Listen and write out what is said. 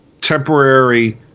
temporary